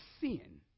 sin